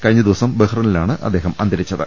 കഴിഞ്ഞദിവസം ബഹ്റൈനിലാണ് അദ്ദേഹം അന്തരിച്ചത്